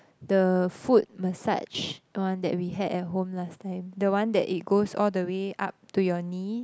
the foot massage one that we had at home last time the one that it goes all the way up to your knee